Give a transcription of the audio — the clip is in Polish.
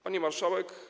Pani Marszałek!